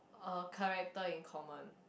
a character in common